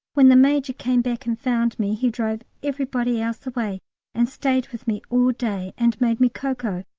when the major came back and found me, he drove everybody else away and stayed with me all day, and made me cocoa,